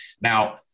Now